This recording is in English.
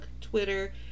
Twitter